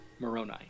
Moroni